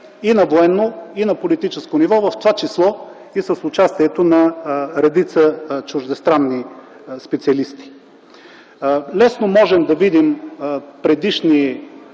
на военно, на политическо ниво, в т.ч. и с участието на редица чуждестранни специалисти. Лесно можем да видим предишни